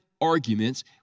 arguments